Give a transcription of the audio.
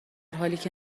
حالیکه